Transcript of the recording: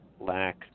lack